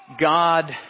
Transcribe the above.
God